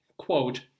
Quote